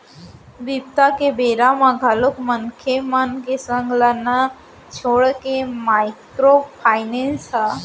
बिपदा के बेरा म घलोक मनखे मन के संग ल नइ छोड़े हे माइक्रो फायनेंस ह